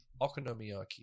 okonomiyaki